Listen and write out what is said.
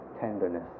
tenderness